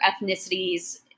ethnicities